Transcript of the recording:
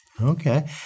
Okay